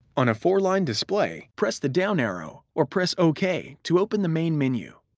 on a four line display, press the down arrow or press ok to open the main menu.